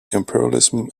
imperialism